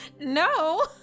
No